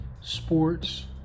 sports